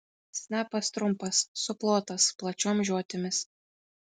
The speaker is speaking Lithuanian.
snapas trumpas suplotas plačiom žiotimis